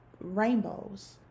rainbows